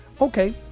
Okay